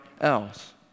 else